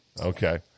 Okay